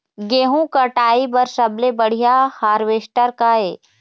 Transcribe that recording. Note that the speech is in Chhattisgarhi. गेहूं कटाई बर सबले बढ़िया हारवेस्टर का ये?